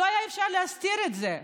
לא היה אפשר להסתיר את זה.